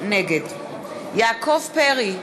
נגד יעקב פרי,